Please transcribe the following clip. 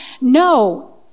No